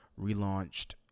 relaunched